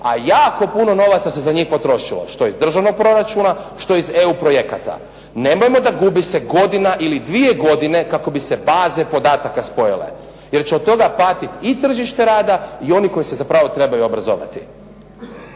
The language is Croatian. a jako puno novaca se za njih potrošilo, što iz državnog proračuna, što iz EU projekata. Nemojmo da gubi se godina ili dvije godine kako bi se baze podataka spojile, jer će od toga patiti i tržište rada i oni koji se zapravo trebaju obrazovati.